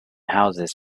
houses